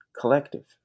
collective